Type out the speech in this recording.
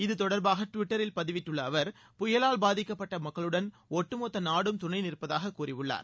இத்தொடர்பாக டிவிட்டரில் பதிவிட்டுள்ள அவர் புயலால் பாதிக்கப்பட்ட மக்களுடன் ஒட்டு மொத்த நாடும் துணை நிற்பதாகக் கூறியுள்ளார்